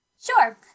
Sure